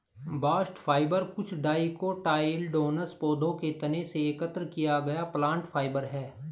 bast fibre कुछ dicotyledonous पौधों के तने से एकत्र किया गया प्लांट फाइबर है